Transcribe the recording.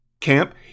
camp